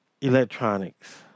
electronics